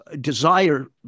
desire